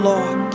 Lord